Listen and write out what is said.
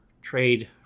trade